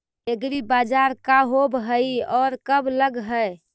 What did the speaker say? एग्रीबाजार का होब हइ और कब लग है?